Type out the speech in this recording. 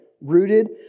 rooted